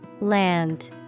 Land